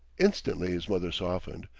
instantly his mother softened.